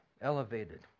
elevated